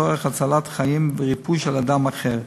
לצורך הצלת חיים וריפוי של אדם אחר.